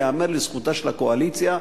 ייאמר לזכותה של הקואליציה,